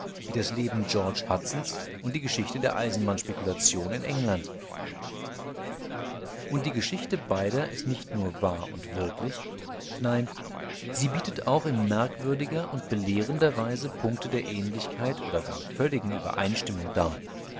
wie das leben george hudsons und die geschichte der eisenbahn spekulation in england und die geschichte beider ist nicht nur wahr und wirklich nein sie bietet auch in merkwürdiger und belehrender weise punkte der ähnlichkeit oder gar völliger übereinstimmung dar